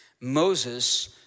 Moses